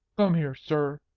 come here, sir.